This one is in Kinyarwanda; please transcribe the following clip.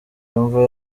yumva